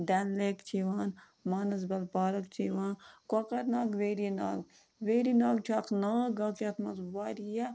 Dal lake چھِ یِوان Manasbal park چھِ یِوان Kokernag Verinag Verinag چھُ اَکھ ناگ اَکھ یَتھ منٛز واریاہ